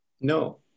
No